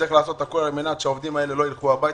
וצריך לעשות הכול כדי שהעובדים האלה לא ילכו הביתה,